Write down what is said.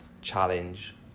challenge